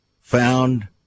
found